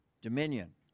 dominion